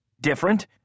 Different